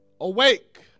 Awake